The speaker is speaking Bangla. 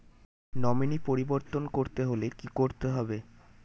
নমিনি পরিবর্তন করতে হলে কী করতে হবে?